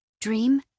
dream